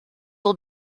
will